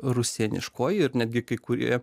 rusėniškoji ir netgi kai kurie